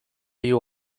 you